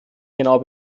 genau